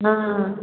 हाँ